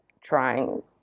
trying